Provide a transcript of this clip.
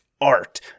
art